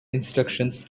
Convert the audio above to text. instructions